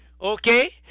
okay